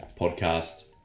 podcast